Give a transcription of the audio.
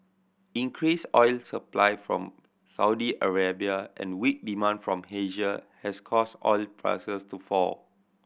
increased oil supply from Saudi Arabia and weak demand from Asia has caused oil prices to fall